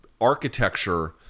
architecture